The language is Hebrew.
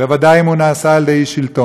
ובוודאי אם הוא נעשה על ידי שלטון.